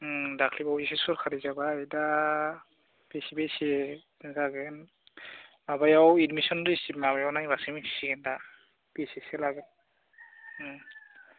उम दाख्लै बावैसो सरकारि जाबाय दा बेसे बेसे जागोन माबायाव एडमिसन रिसिप माबायाव नायबासो मिथिसिगोन दा बेसेसो लागोन उम